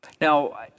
Now